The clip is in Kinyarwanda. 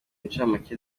incamake